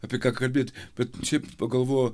apie ką kalbėt bet šiaip pagalvojau